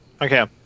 Okay